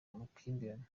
amakimbirane